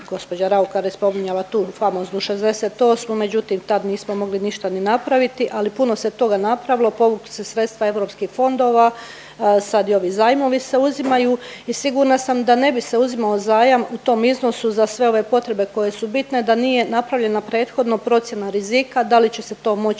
evo, gđa Raukar je spominjala tu famoznu '68. međutim, tad nismo mogli ništa ni napraviti, ali puno se toga napravilo, povukli se sredstva EU fondova, sad, je li i zajmovi se uzimaju i sigurna sam da ne bi se uzimao zajam u tom iznosu za sve ove potrebe koje su bitne, da nije napravljena prethodno procjena rizika, da li će se to moći